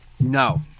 No